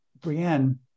Brienne